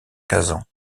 kazan